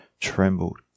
trembled